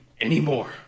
anymore